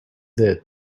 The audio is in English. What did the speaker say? their